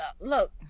look